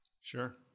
Sure